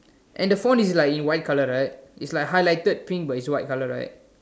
and the font is like in white colour right is like highlighted pink but is white colour right